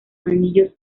anillos